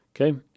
Okay